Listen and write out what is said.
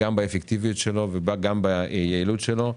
גם באפקטיביות שלו וגם ביעילות שלו.